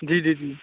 जी जी जी